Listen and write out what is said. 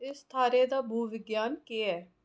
इस थाह्रै दा भूविज्ञान केह् ऐ